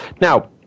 Now